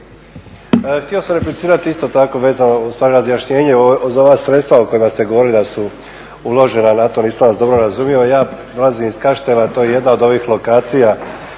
Htio sam replicirati vezano za razjašnjenje za ova sredstva o kojima ste govorili da su uložena na to, nisam vas dobro razumio. A ja dolazim iz Kaštela to je jedna od ovih lokacija